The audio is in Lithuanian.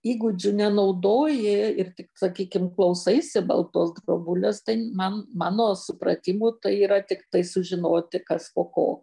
įgūdžių nenaudoji ir tik sakykim klausaisi baltos drobulės tai man mano supratimu tai yra tiktai sužinoti kas po ko